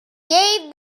gave